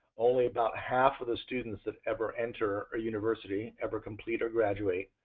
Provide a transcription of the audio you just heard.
only about half of the students that ever enter a university ever complete or graduate.